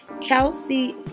Kelsey